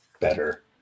better